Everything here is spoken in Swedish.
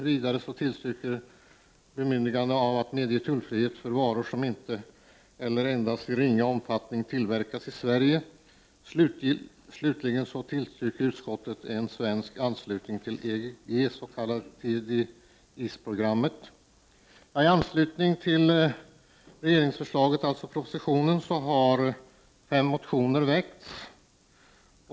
Vidare tillstyrker utskottet bemyndigande att medge tullfrihet för varor som inte eller i endast ringa omfattning tillverkas i Sverige. Slutligen tillstyrker utskottet en svensk anslutning till EG:s s.k. TEDIS-program. I anslutning till regeringsförslaget, alltså propositionen, har fem motioner väckts.